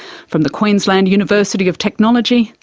from the queensland university of technology,